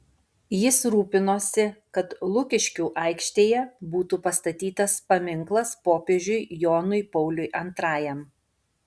jis rūpinosi kad lukiškių aikštėje būtų pastatytas paminklas popiežiui jonui pauliui antrajam